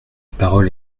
parole